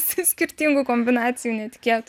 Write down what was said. skirtingų kombinacijų netikėtų